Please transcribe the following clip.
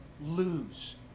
lose